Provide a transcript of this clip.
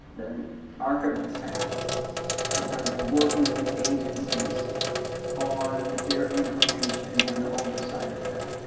archivist has in terms of working with agencies on their information and the older side of that.